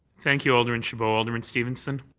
thank you, alderman chabot. alderman stevenson.